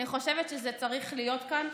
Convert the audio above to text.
אני חושבת שזה צריך להיות כאן.